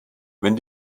wenn